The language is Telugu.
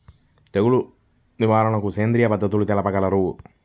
తెగులు నివారణకు సేంద్రియ పద్ధతులు తెలుపగలరు?